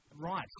Right